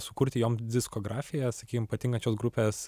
sukurti jom diskografiją sakykim patinkančios grupės